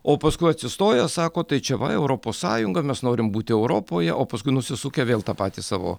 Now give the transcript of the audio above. o paskui atsistoja sako tai čia va europos sąjunga mes norim būti europoje o paskui nusisukę vėl tą patį savo